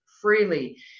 freely